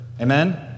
Amen